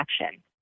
action